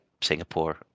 singapore